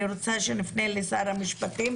אני רוצה שנפנה לשר המשפטים